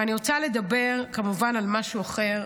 אני רוצה לדבר כמובן על משהו אחר,